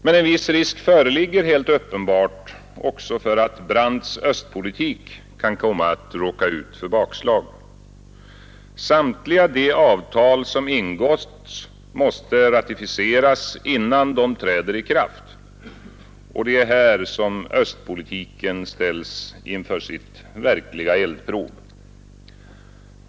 Men en viss risk föreligger helt uppenbart också för att Brandts östpolitik kan komma att råka ut för bakslag. Samtliga de avtal som ingåtts måste ratificeras innan de träder i kraft, och det är här som östpolitiken ställs inför sitt verkliga eldprov.